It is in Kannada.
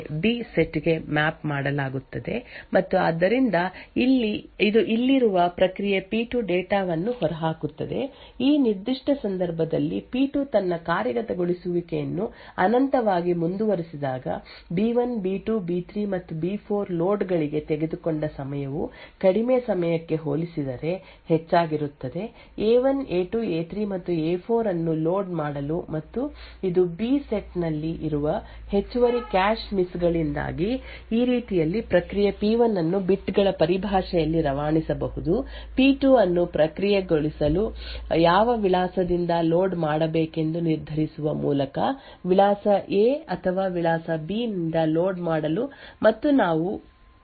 ಇದೇ ರೀತಿಯಾಗಿ ಪಿ1 P1 ಪ್ರಕ್ರಿಯೆಯು 0 ಅಥವಾ ಎರಡು ಪ್ರಕ್ರಿಯೆ ಪಿ2 P2 ಅನ್ನು ರವಾನಿಸಲು ಬಯಸಿದರೆ ಅದು ಬಿಟ್ ನ ಮೌಲ್ಯವನ್ನು 0 ಗೆ ಸಮನಾಗಿ ಹೊಂದಿಸುತ್ತದೆ ಹೀಗಾಗಿ ಲೋಡ್ ಪಿ1 P1 ಅನ್ನು ಈಗ ಕಾರ್ಯಗತಗೊಳಿಸಲಾಗುತ್ತದೆ ಬಿ B ಪಿ1 P1 ಅನ್ನು ನಾವು ಚರ್ಚಿಸಿದಂತೆ ಬಿ B ಸೆಟ್ ಗೆ ಮ್ಯಾಪ್ ಮಾಡಲಾಗುತ್ತದೆ ಮತ್ತು ಆದ್ದರಿಂದ ಇದು ಇಲ್ಲಿರುವ ಪ್ರಕ್ರಿಯೆ ಪಿ2 ಡೇಟಾ ವನ್ನು ಹೊರಹಾಕುತ್ತದೆ ಈ ನಿರ್ದಿಷ್ಟ ಸಂದರ್ಭದಲ್ಲಿ ಪಿ2 ತನ್ನ ಕಾರ್ಯಗತಗೊಳಿಸುವಿಕೆಯನ್ನು ಅನಂತವಾಗಿ ಮುಂದುವರಿಸಿದಾಗ ಬಿ1 ಬಿ2 ಬಿ3 ಮತ್ತು ಬಿ4 ಲೋಡ್ ಗಳಿಗೆ ತೆಗೆದುಕೊಂಡ ಸಮಯವು ಕಡಿಮೆ ಸಮಯಕ್ಕೆ ಹೋಲಿಸಿದರೆ ಹೆಚ್ಚಾಗಿರುತ್ತದೆ ಎ1 ಎ2 ಎ3 ಮತ್ತು ಎ4 ಅನ್ನು ಲೋಡ್ ಮಾಡಲು ಮತ್ತು ಇದು ಬಿ ಸೆಟ್ ನಲ್ಲಿ ಇರುವ ಹೆಚ್ಚುವರಿ ಕ್ಯಾಶ್ ಮಿಸ್ ನಿಂದಾಗಿ ಈ ರೀತಿಯಲ್ಲಿ ಪ್ರಕ್ರಿಯೆ ಪಿ1 ಅನ್ನು ಬಿಟ್ ಗಳ ಪರಿಭಾಷೆಯಲ್ಲಿ ರವಾನಿಸಬಹುದು ಪಿ2 ಅನ್ನು ಪ್ರಕ್ರಿಯೆಗೊಳಿಸಲು ಯಾವ ವಿಳಾಸದಿಂದ ಲೋಡ್ ಮಾಡಬೇಕೆಂದು ನಿರ್ಧರಿಸುವ ಮೂಲಕ ವಿಳಾಸ ಎ ಅಥವಾ ವಿಳಾಸ ಬಿ ನಿಂದ ಲೋಡ್ ಮಾಡಲು ಮತ್ತು ನಾವು ಈ ನಿರ್ದಿಷ್ಟ ಕಲ್ಪನೆಯನ್ನು ವಿಸ್ತರಿಸಿದರೆ ಪಿ2 ಅನ್ನು ಪ್ರಕ್ರಿಯೆಗೊಳಿಸಲು ಪಿ1 ಪ್ರಕ್ರಿಯೆಯು ದೊಡ್ಡ ಸಂದೇಶವನ್ನು ಹೇಗೆ ಕಳುಹಿಸುತ್ತದೆ ಎಂಬುದನ್ನು ನಾವು ನೋಡಬಹುದು ಮತ್ತು ಪಿ1 ಪ್ರಕ್ರಿಯೆಯ ಕೋಡ್ ಈ ರೀತಿ ಮಾಡುತ್ತದೆ